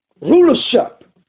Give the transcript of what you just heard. rulership